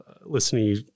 listening